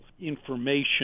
information